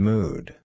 Mood